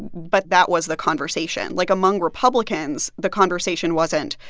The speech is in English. but that was the conversation. like, among republicans, the conversation wasn't,